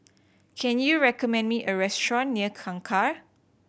can you recommend me a restaurant near Kangkar